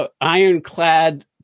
ironclad